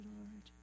Lord